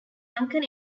lankan